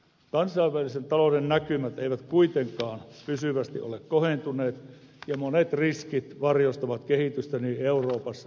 kansainvälisen talouden näkymät eivät kuitenkaan pysyvästi ole kohentuneet ja monet riskit varjostavat kehitystä niin euroopassa kuin suomessa